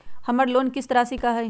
हमर लोन किस्त राशि का हई?